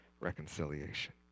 reconciliation